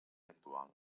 actual